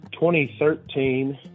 2013